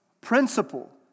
principle